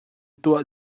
tuah